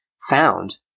found